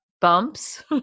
bumps